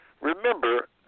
remember